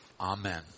Amen